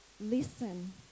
listen